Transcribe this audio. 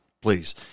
please